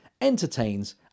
entertains